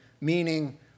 meaning